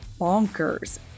bonkers